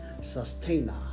sustainer